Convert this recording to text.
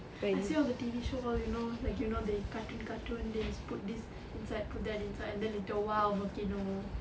I see on the T_V show all you know like you know the cartoon cartoon they put this inside put that inside and the a little while volcano